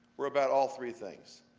we're about all three things.